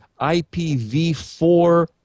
IPv4